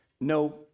No